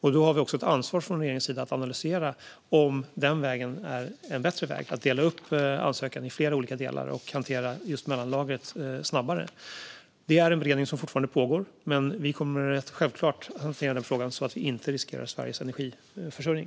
Vi har ett ansvar från regeringens sida att analysera om det är en bättre väg att dela upp ansökan i flera olika delar och hantera just mellanlagret snabbare. Det är en beredning som fortfarande pågår. Men vi kommer självklart att hantera den här frågan så att vi inte riskerar Sveriges energiförsörjning.